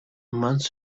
month